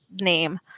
name